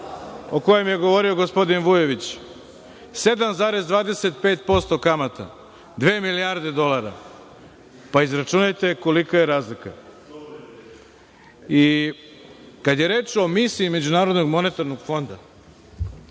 o kojem je govorio gospodin Vujović, 7,25% kamata, dve milijarde dolara, pa izračunajte kolika je razlika.I kada je reč o misiji Međunarodnog monetarnog fonda,